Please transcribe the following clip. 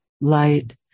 light